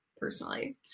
personally